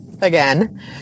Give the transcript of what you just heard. again